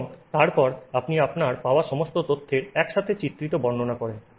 এবং তারপর আপনি আপনার পাওয়া সমস্ত তথ্যের একসাথে একটি চিত্রিত বর্ণনা করেন